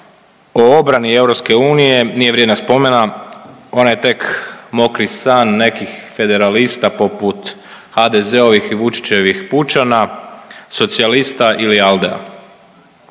o obrani EU nije vrijedna spomena, ona je tek mokri san nekih federalista poput HDZ-ovih i Vučićevih pučana, socijalista i ALDE-a.